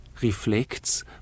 reflects